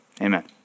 Amen